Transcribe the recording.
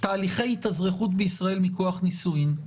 שעבר תהליכי התאזרחות בישראל מכוח נישואין,